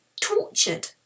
tortured